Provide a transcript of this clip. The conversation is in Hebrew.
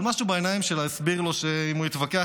אבל משהו בעיניים שלה הסביר לו שאם הוא יתווכח,